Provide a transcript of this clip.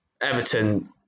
Everton